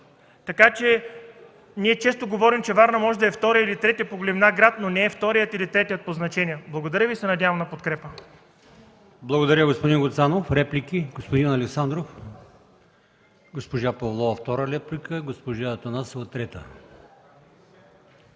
деление?! Ние често говорим, че Варна може да е вторият или третият по големина град, но не е вторият или третият по значение. Благодаря Ви и се надявам на подкрепа.